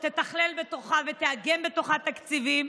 שתתכלל בתוכה ותאגם בתוכה תקציבים,